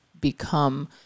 become